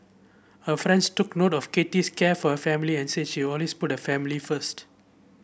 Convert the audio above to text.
her friends took note of Kathy's care for her family and said she always put her family first